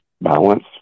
balance